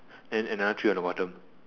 and another three on the bottom